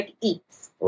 Eats